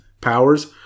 powers